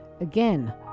Again